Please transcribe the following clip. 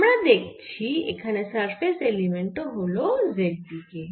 আমরা দেখছি এখানে সারফেস এলিমেন্ট ও হল z দিকে